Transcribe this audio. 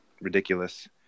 ridiculous